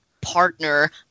Partner